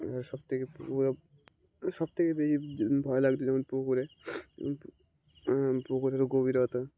আর সবথেকে পুকুর সবথেকে বেশি ভয় লাগতো যেমন পুকুরে পুকুরেরও গভীরতা